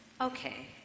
Okay